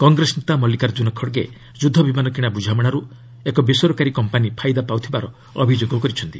କଂଗ୍ରେସ ନେତା ମଲ୍ଲିକାର୍ଜୁନ ଖଡ୍ଗେ ଯୁଦ୍ଧବିମାନ କିଣା ବୁଝାମଣାରୁ ଏକ ବେସରକାରୀ କମ୍ପାନୀ ଫାଇଦା ପାଉଥିବାର ଅଭିଯୋଗ କରିଛନ୍ତି